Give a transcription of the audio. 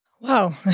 Wow